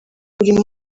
buri